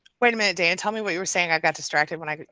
wait a minute dana, tell me what you were saying, i got distracted when i.